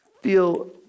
feel